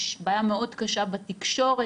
יש בעיה מאוד קשה בתקשורת,